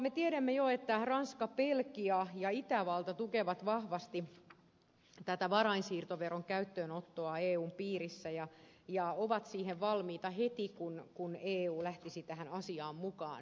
me tiedämme jo että ranska belgia ja itävalta tukevat vahvasti tätä varainsiirtoveron käyttöönottoa eun piirissä ja ovat siihen valmiita heti kun eu lähtisi tähän asiaan mukaan